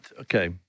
okay